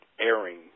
airing